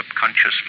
subconscious